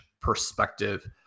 perspective